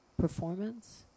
performance